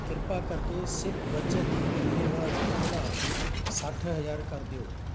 ਕ੍ਰਿਪਾ ਕਰਕੇ ਸਿਪ ਬੱਚਤ ਦੀ ਮਹੀਨੇਵਾਰ ਰਕਮ ਵਧਾ ਕੇ ਸੱਠ ਹਜ਼ਾਰ ਕਰ ਦਿਓ